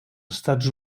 estats